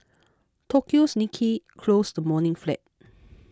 Tokyo's Nikkei closed the morning flat